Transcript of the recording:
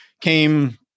came